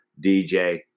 DJ